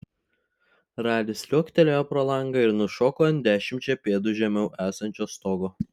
ralis liuoktelėjo pro langą ir nušoko ant dešimčia pėdų žemiau esančio stogo